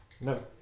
no